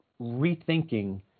rethinking